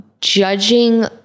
judging